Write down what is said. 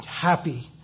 happy